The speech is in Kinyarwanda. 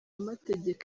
amategeko